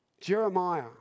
Jeremiah